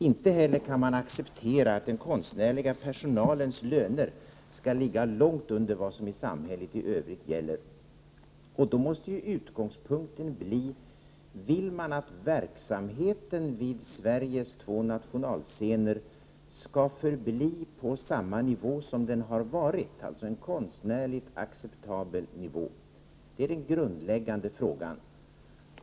Inte heller kan man acceptera att den konstnärliga personalens löner skall behöva ligga långt under vad som gäller i samhället i övrigt. Den grundläggande frågan blir då: Vill man att verksamheten vid Sveriges två nationalscener skall förbli på samma nivå som tidigare, alltså på en konstnärligt acceptabel nivå?